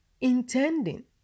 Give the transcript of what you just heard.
intending